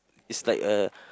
it's like a